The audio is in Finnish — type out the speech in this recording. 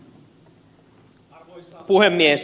arvoisa puhemies